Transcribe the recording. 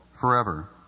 forever